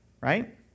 right